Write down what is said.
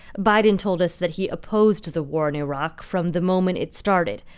biden told us that he opposed the war in iraq from the moment it started,